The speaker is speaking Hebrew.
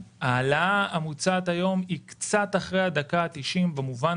ההעלאה המוצעת היום היא קצת אחרי הדקה ה-90 במובן